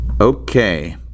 Okay